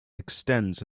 extends